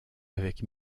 avec